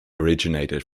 originated